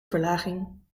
verlaging